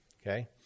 okay